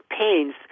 pains